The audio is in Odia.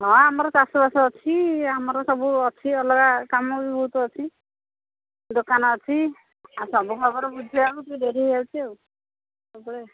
ହଁ ଆମର ଚାଷବାସ ଅଛି ଆମର ସବୁ ଅଛି ଅଲଗା କାମ ବି ବହୁତ ଅଛି ଦୋକାନ ଅଛି ଆଉ ସବୁ ଖବର ବୁଝିବାକୁ ଟିକେ ଡେରି ହେଇଯାଉଛି ଆଉ ସବୁବେଳେ